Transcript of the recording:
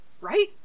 Right